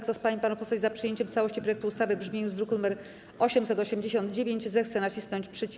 Kto z pań i panów posłów jest za przyjęciem w całości projektu ustawy w brzmieniu z druku nr 889, zechce nacisnąć przycisk.